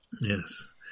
Yes